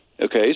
Okay